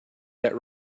that